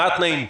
מה התנאים?